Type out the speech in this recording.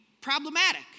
problematic